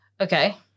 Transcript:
Okay